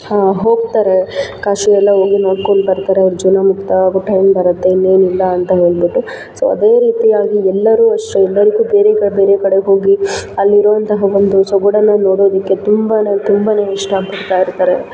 ಹೋಗ್ತಾರೆ ಕಾಶಿಯೆಲ್ಲ ಹೋಗಿ ನೋಡ್ಕೊಂಡು ಬರ್ತಾರೆ ಅವರ ಜೀವನ ಮುಕ್ತ ಆಗೋ ಟೈಮ್ ಬರುತ್ತೆ ಇನ್ನೇನಿಲ್ಲ ಅಂತ ಹೇಳಿಬಿಟ್ಟು ಸೊ ಅದೇ ರೀತಿಯಾಗಿ ಎಲ್ಲರೂ ಅಷ್ಟೇ ಎಲ್ಲರಿಗೂ ಬೇರೆ ಕ ಬೇರೆ ಕಡೆಗೆ ಹೋಗಿ ಅಲ್ಲಿರುವಂತಹ ಒಂದು ಸೊಗಡನ್ನು ನೋಡೋದಕ್ಕೆ ತುಂಬ ತುಂಬ ಇಷ್ಟಪಡ್ತಾ ಇರ್ತಾರೆ